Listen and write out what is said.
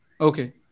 Okay